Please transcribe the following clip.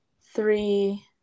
three